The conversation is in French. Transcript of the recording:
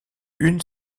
une